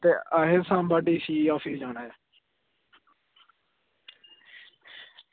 ते असें सांबा डिस्ट्रिक्ट जाना ऐ